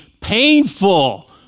painful